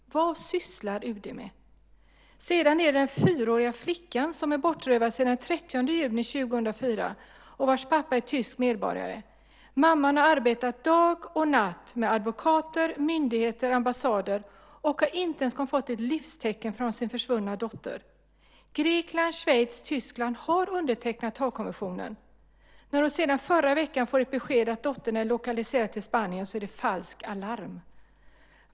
Vad sysslar UD med? Sedan är det den fyraåriga flickan som är bortrövad sedan den 30 juni 2004 och vars pappa är tysk medborgare. Mamman har arbetat dag och natt med advokater, myndigheter och ambassader. Hon har inte ens fått ett livstecken från sin försvunna dotter. Grekland, Schweiz och Tyskland har undertecknat Haagkonventionen. När hon sedan i förra veckan fick besked att dottern är lokaliserad till Spanien är det falskt alarm.